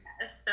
Yes